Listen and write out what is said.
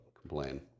complain